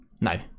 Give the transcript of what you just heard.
no